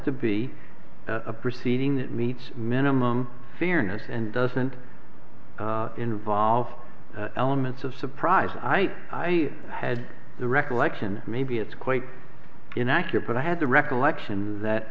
to be a proceeding that meets minimum fairness and doesn't involve elements of surprise i i had the recollection maybe it's quite inaccurate but i had the recollection that